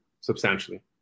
substantially